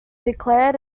declared